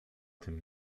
tym